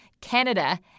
Canada